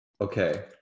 Okay